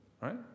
right